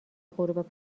غروب